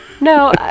No